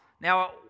Now